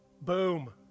Boom